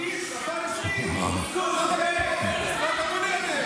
ערבית שפה רשמית, שפת המקום, שפת המולדת.